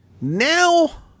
Now